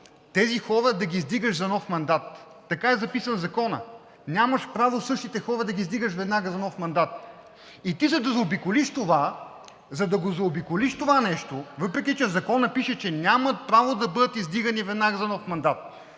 тези хора да ги издигаш за нов мандат, защото така е написан Законът. Нямаш право същите хора да ги издигаш веднага за нов мандат. Ти, за да го заобиколиш това нещо, въпреки че в Закона пише, че нямат право да бъдат издигани веднага за нов мандат,